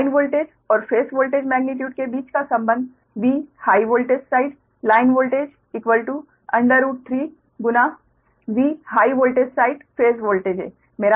line voltage और phase voltage magnitude के बीच का संबंध V high voltage side line voltage √3 गुना V high voltage side phase voltage है